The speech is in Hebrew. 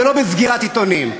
ולא בסגירת עיתונים.